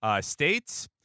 states